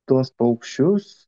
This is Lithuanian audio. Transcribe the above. tuos paukščius